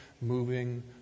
moving